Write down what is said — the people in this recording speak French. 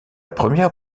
première